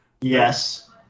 Yes